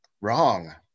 Wrong